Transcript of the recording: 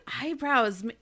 eyebrows